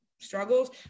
struggles